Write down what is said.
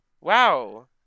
wow